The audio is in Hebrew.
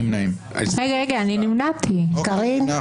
שניים בעד, ארבעה נגד, נמנעת אחת.